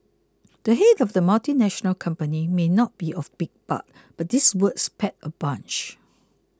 the head of the multinational company may not be of big bulk but his words pack a punch